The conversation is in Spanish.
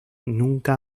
nunca